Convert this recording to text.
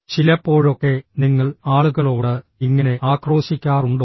ചിലപ്പോഴൊക്കെ നിങ്ങൾ ആളുകളോട് ഇങ്ങനെ ആക്രോശിക്കാറുണ്ടോ